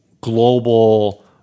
global